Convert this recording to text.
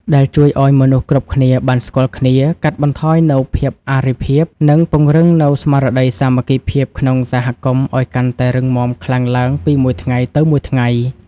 ដែលជួយឱ្យមនុស្សគ្រប់គ្នាបានស្គាល់គ្នា កាត់បន្ថយនូវភាពអរិភាព និងពង្រឹងនូវស្មារតីសាមគ្គីភាពក្នុងសហគមន៍ឱ្យកាន់តែរឹងមាំខ្លាំងឡើងពីមួយថ្ងៃទៅមួយថ្ងៃ។